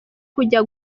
kujya